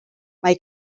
mae